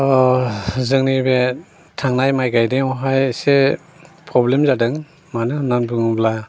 जोंनि बे थांनाय माइ गायनायावहाय एसे प्रब्लेम जादों मानो होनना बुङोब्ला